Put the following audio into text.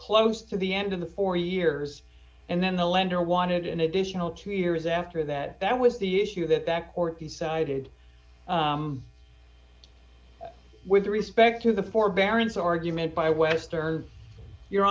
close to the end of the four years and then the lender wanted an additional two years after that that was the issue that that court decided with respect to the forbearance argument by westerners your